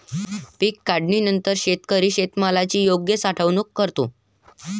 पीक काढणीनंतर शेतकरी शेतमालाची योग्य साठवणूक करतो